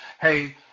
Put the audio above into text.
hey